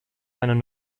einen